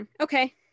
Okay